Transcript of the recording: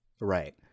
Right